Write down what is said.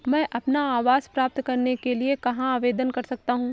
मैं अपना आवास प्राप्त करने के लिए कहाँ आवेदन कर सकता हूँ?